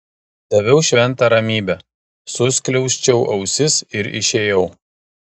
daviau šventą ramybę suskliausčiau ausis ir išėjau